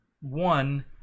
one